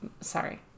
Sorry